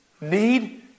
need